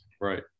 Right